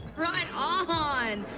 right ah on.